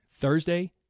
Thursday